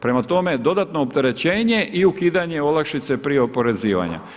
Prema tome dodatno opterećenje i ukidanje olakšice prije oporezivanja.